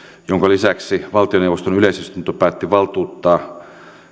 minkä lisäksi valtioneuvoston yleisistunto päätti valtuuttaa